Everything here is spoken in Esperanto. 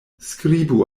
skribu